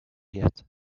yet